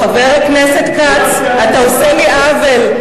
חבר הכנסת כץ, אתה עושה לי עוול.